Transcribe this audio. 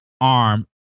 arm